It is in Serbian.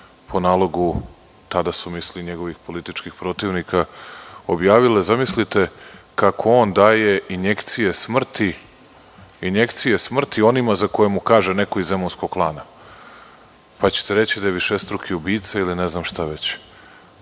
po nalogu, tada su mislili njegovih političkih protivnika, objavile, zamislite, kako on daje injekcije smrti onima za koje mu kaže neko iz zemunskog klana, pa ćete reći da je višestruki ubica ili ne znam šta već. To